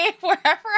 wherever